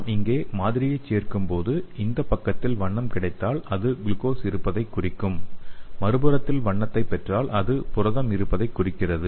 நாம் இங்கே மாதிரியைச் சேர்க்கும்போது இந்த பக்கத்தில் வண்ணம் கிடைத்தால் அது குளுக்கோஸ் இருப்பதைக் குறிக்கும் மறுபுறத்தில் வண்ணத்தைப் பெற்றால் அது புரதம் இருப்பதைக் குறிக்கிறது